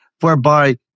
whereby